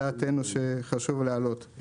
שחשוב להעלות לדעתנו.